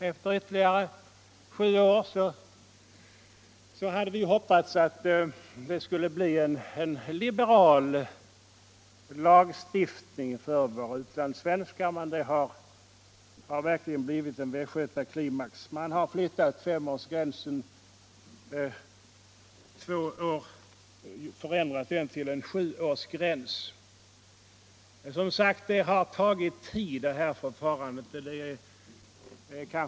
Efter ytterligare sju år hade vi hoppats att det skulle bli en liberal lagstiftning för våra utlandssvenskar, men det har verkligen blivit en västgötaklimax. Man har förändrat femårsgränsen till en sjuårsgräns. Förfarandet har som sagt tagit tid. Det är kanske inte förvånande.